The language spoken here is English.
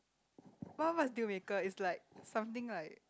what what's deal maker it's like something like